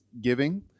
giving